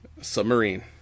Submarine